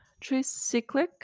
tricyclic